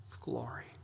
Glory